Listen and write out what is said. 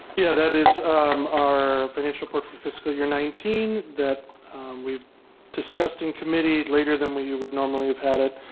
yeah, that is our financial report for fiscal year nineteen. that we discussed in committee later than we would normally have had it.